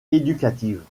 éducatives